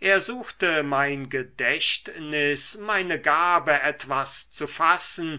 er suchte mein gedächtnis meine gabe etwas zu fassen